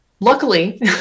Luckily